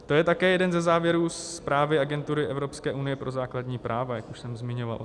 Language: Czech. To je také jeden ze závěrů zprávy Agentury Evropské unie pro základní práva, jak už jsem zmiňoval.